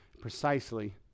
precisely